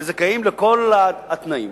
וזכאים לכל התנאים.